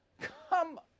Come